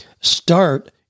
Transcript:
start